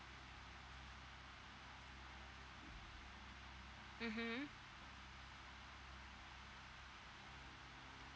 mmhmm